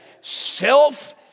Self